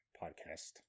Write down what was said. podcast